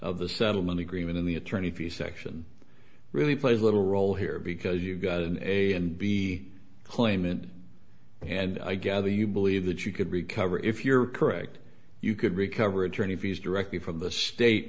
of the settlement agreement in the attorney fees section really plays a little role here because you've got an a and b claimant and i gather you believe that you could recover if you're correct you could recover attorney fees directly from the state